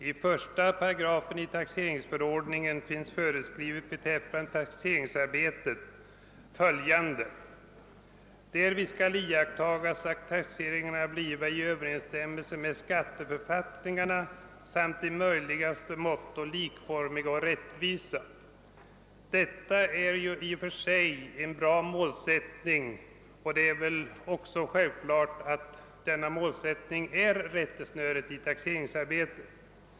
I 1 § av taxeringsförordningen föreskrivs följande beträffande taxeringsarbetet: »Därvid skall iakttagas, att taxeringarna bliva överensstämmande med skatteförfattningarna samt i möjligaste måtto likformiga och rättvisa.» Detta är i och för sig en bra målsättning, och det är väl också självklart att denna målsättning är rättesnöret i taxeringsarbetet.